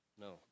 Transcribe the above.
No